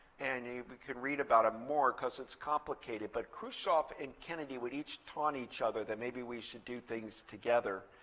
and you but can read about it more, because it's complicated. but khrushchev and kennedy would each taunt each other that maybe we should do things together.